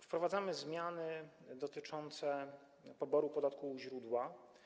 Wprowadzamy zmiany dotyczące poboru podatku u źródła.